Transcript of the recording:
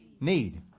need